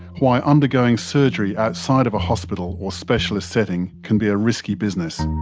why undergoing surgery outside of a hospital or specialist setting can be a risky business,